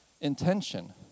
intention